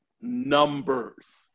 numbers